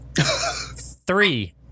Three